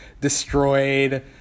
destroyed